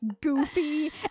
goofy